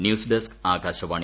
news desk Akashvani